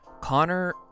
connor